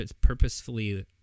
purposefully